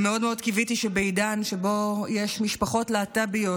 מאוד מאוד קיוויתי שבעידן שבו יש משפחות להט"ביות